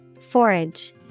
Forage